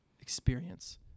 experience